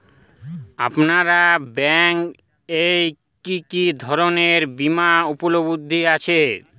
আপনার ব্যাঙ্ক এ কি কি ধরনের বিমা উপলব্ধ আছে?